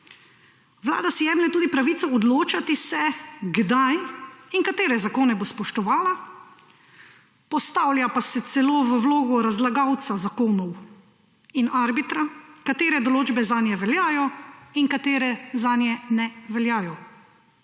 Vlada si jemlje tudi pravico odločati se, kdaj in katere zakone bo spoštovala, postavlja pa se celo v vlogo razlagalca zakonov in arbitra, katere določbe zanje veljajo in katere zanje ne veljajo.